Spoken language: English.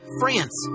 france